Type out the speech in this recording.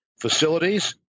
facilities